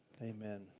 amen